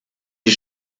die